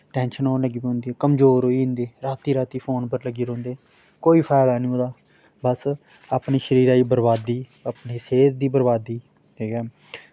tension होन लग्गी पौंदी कमजोर होई जन्दे रातीं रातीं फोन पर लग्गी रौहंदे कोई फायदा निं ओह्दा बस अपनी शरीरै दी बरबादी अपनी सेह्त दी बरबादी ठीक ऐ